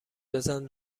بزن